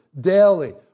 daily